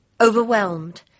overwhelmed